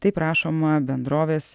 taip rašoma bendrovės